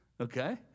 Okay